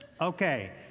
Okay